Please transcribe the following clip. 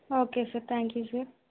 okay sir thank you sir